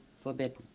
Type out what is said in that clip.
forbidden